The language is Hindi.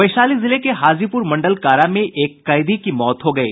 वैशाली जिले के हाजीपुर मंडल कारा में एक कैदी की मौत हो गयी